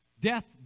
Death